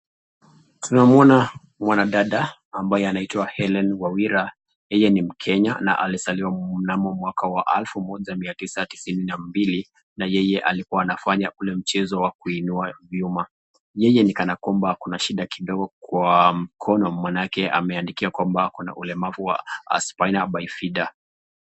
Tunamuona mwanadada ambaye anayeitwa Hellen Nyawira yeye ni mkenya na alizaliwa mnamo mwaka wa elfu moja mia tisa tisini na mbili na yeye alikuwa anafanya ule mchezo wa kuinua vyuma. Yeye ni kana kwamba ana shida kidogo kwa mkono maanake ameandikiwa kwamba ako na ulemavu wa Aspinabyfida .